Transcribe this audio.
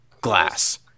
glass